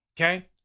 Okay